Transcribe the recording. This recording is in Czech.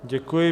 Děkuji.